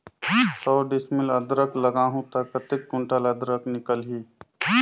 सौ डिसमिल अदरक लगाहूं ता कतेक कुंटल अदरक निकल ही?